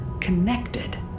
connected